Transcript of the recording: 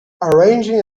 arranging